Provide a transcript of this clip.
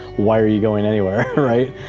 why are you going anywhere? right?